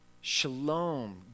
shalom